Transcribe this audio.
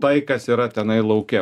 tai kas yra tenai lauke